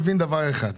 אחד: